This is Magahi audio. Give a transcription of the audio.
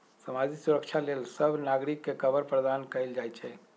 सामाजिक सुरक्षा लेल सभ नागरिक के कवर प्रदान कएल जाइ छइ